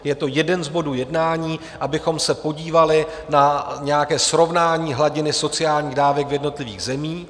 Je to jeden z bodů jednání, abychom se podívali na nějaké srovnání hladiny sociálních dávek v jednotlivých zemích.